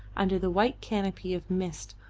under the white canopy of mist,